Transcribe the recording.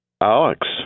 Alex